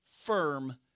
firm